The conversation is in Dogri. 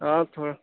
हां उत्थुआं